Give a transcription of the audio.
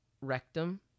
rectum